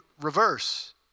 reverse